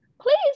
please